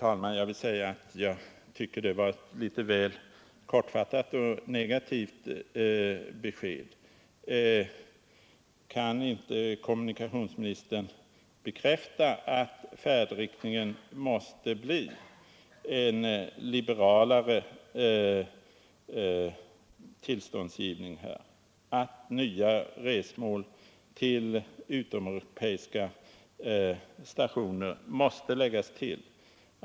Herr talman! Jag tycker att det var ett litet väl kortfattat och negativt besked. Kan inte kommunikationsministern bekräfta att färdriktningen måste bli en liberalare tillståndsgivning, att nya resmål för utomeuropeiska stationer måste läggas till?